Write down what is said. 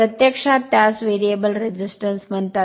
प्रत्यक्षात त्यास variable resistance म्हणतात